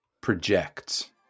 projects